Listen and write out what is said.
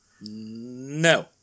No